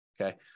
Okay